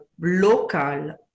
local